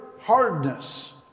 hardness